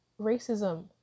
racism